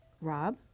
Rob